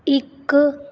ਇੱਕ